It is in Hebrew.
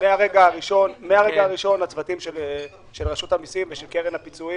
מהרגע הראשון הצוותים של רשות המיסים ושל קרן הפיצויים